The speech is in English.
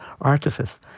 artifice